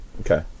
Okay